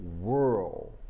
world